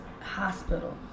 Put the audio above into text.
Hospital